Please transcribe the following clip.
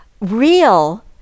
real